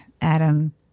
Adam